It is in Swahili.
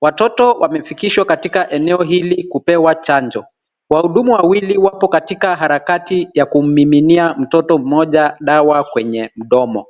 ,watoto wamefikishwa katika eneo hili kupewa chanjo wahudumu wawili wapo katika harakati ya kummiminia mtoto mmoja dawa kwenye mdomo.